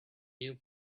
you